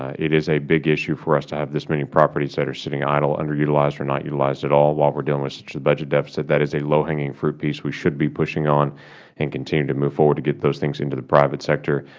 it is a big issue for us to have this many properties that are sitting idle, underutilized or not utilized at all, while we are dealing with a budget deficit. that is a low hanging fruit piece. we should be pushing on and continue to move forward to get those things into the private sector.